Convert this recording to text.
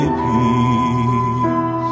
peace